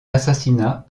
assassinat